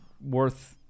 worth